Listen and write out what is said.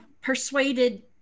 persuaded